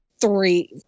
three